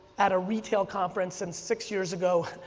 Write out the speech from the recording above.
at a retail conference and six years ago,